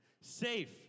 Safe